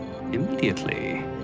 immediately